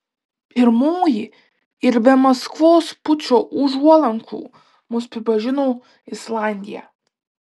pirmoji ir be maskvos pučo užuolankų mus pripažino islandija